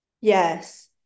yes